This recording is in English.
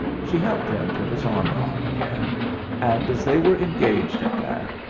she helped him put his armour on again and, as they were engaged at that,